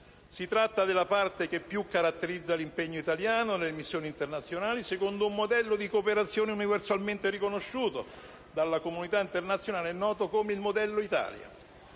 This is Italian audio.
Si tratta della parte che più caratterizza l'impegno italiano nelle missioni internazionali, secondo un modello di cooperazione universalmente riconosciuto dalla comunità internazionale e noto come «modello Italia».